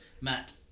Matt